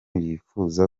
yifuza